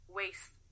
waste